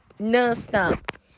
non-stop